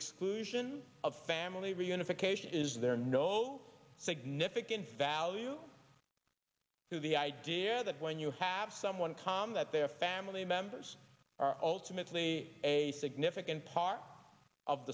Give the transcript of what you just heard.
exclusion of family reunification is there no significant value to the idea that when you have someone com that their family members are ultimately a significant part of